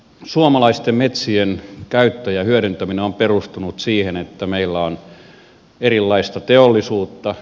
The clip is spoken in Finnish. suomalaisten metsien käyttö ja hyödyntäminen on perustunut siihen että meillä on erilaista teollisuutta